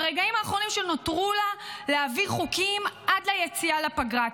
ברגעים האחרונים שנותרו לה להביא חוקים עד ליציאה לפגרה.